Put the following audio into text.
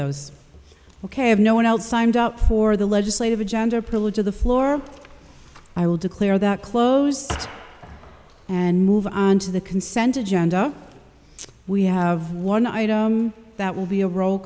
those ok i have no one else signed up for the legislative agenda privilege of the floor i will declare that closed and move on to the consent agenda we have one item that will be a roll